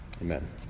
Amen